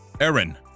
Aaron